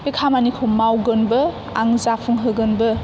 बे खामानिखौ मावगोनबो आं जाफुंहोगोनबो